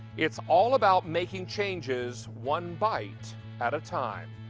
it's all about making changes, one bite at a time.